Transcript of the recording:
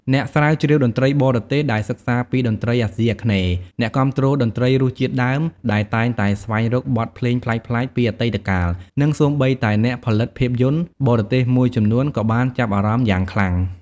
អ្នកស្រាវជ្រាវតន្ត្រីបរទេសដែលសិក្សាពីតន្ត្រីអាស៊ីអាគ្នេយ៍ អ្នកគាំទ្រតន្ត្រីរសជាតិដើម ដែលតែងតែស្វែងរកបទភ្លេងប្លែកៗពីអតីតកាល និងសូម្បីតែ អ្នកផលិតភាពយន្ត បរទេសមួយចំនួន ក៏បានចាប់អារម្មណ៍យ៉ាងខ្លាំង។